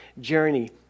journey